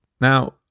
Now